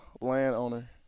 landowner